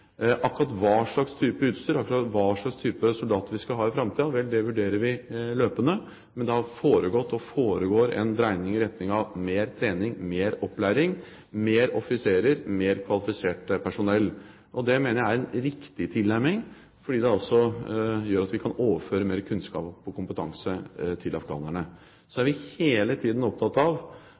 Akkurat hva slags type utstyr, akkurat hva slags type soldater vi skal ha i framtiden, vurderer vi løpende, men det har foregått og foregår en dreining i retning av mer trening, mer opplæring, mer offiserer, mer kvalifisert personell. Det mener jeg er en riktig tilnærming, fordi det også gjør at vi kan overføre mer kunnskap og kompetanse til afghanerne. Så er vi hele tiden opptatt av